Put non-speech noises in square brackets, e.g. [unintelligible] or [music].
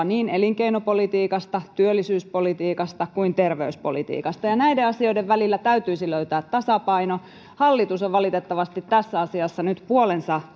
[unintelligible] niin elinkeinopolitiikasta työllisyyspolitiikasta kuin terveyspolitiikastakin ja näiden asioiden välillä täytyisi löytää tasapaino hallitus on valitettavasti tässä asiassa nyt puolensa [unintelligible]